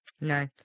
No